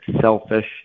selfish